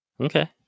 Okay